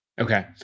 Okay